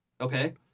Okay